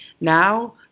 Now